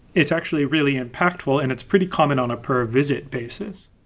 it's actually really impactful and it's pretty common on a per visit basis.